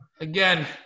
Again